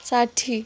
साठी